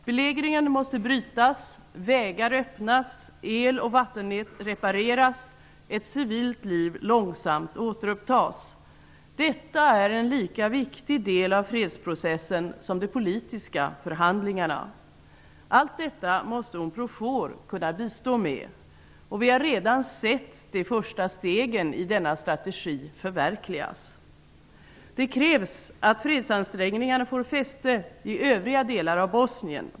Belägringen måste brytas, vägar öppnas, el och vattennätet repareras, ett civilt liv långsamt återupptas. Detta är en lika viktig del av fredsprocessen som de politiska förhandlingarna. Allt detta måste Unprofor kunna bistå med. Vi har redan sett de första stegen i denna strategi förverkligas. -- Det krävs att fredsansträngningarna får fäste i övriga delar av Bosnien.